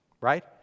Right